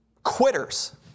quitters